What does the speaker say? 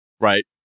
Right